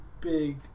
big